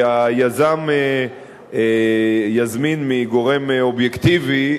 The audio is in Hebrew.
שהיזם יזמין מגורם אובייקטיבי,